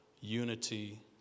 unity